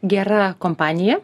gera kompanija